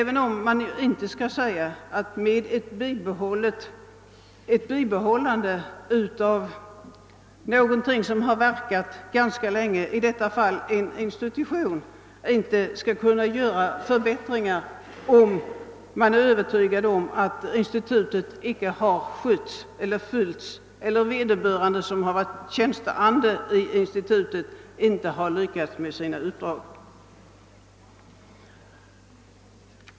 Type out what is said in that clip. Detta innebär inte att man till varje pris skall bibehålla en institution, därför att den fungerat länge, och inte kunna vidta förbättringar, om man är övertygad om att institutet inte sköts eller om institutets tjänsteandar inte lyckats med sina uppdrag.